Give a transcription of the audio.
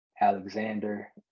Alexander